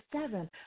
seven